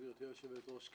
גברתי היושבת-ראש,